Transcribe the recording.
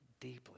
deeply